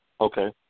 Okay